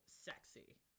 sexy